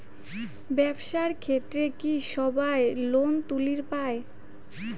ব্যবসার ক্ষেত্রে কি সবায় লোন তুলির পায়?